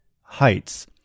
heights